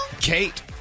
Kate